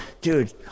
dude